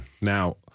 Now